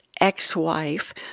ex-wife